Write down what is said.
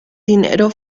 dinero